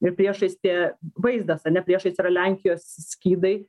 ir priešais tie vaizdas ane priešais yra lenkijos skydai